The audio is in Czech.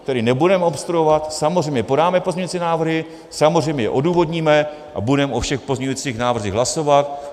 Tedy nebudeme obstruovat, samozřejmě podáme pozměňovací návrhy, samozřejmě je odůvodníme a budeme o všech pozměňovacích návrzích hlasovat.